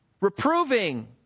Reproving